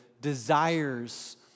desires